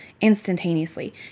instantaneously